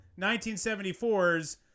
1974's